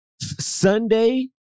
Sunday